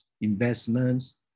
investments